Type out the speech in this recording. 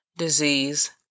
disease